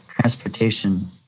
transportation